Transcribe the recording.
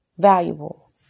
valuable